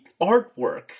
artwork